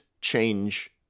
change